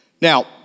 Now